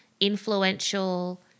influential